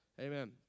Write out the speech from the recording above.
Amen